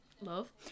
love